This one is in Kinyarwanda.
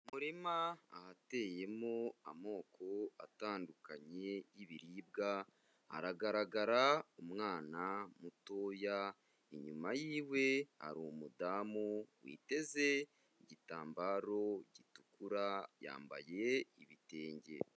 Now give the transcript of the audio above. Umurima ahateyemo amoko atandukanye y'ibiribwa, haragaragara umwana mutoya, inyuma yiwe hari umudamu witeze igitambaro gitukura, yambaye ibitenge.